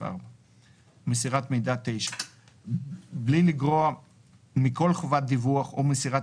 4. מסירת מידע 9. בלי לגרוע מכל חובת דיווח או מסירת